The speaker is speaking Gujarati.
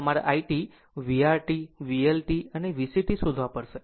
આમ તમારે I t vR t VL t and VC t શોધવા પડશે